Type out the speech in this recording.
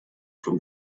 from